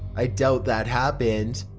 i doubt that happened.